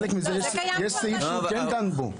יש סעיף שהוא כן דן בו.